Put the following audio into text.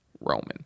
Roman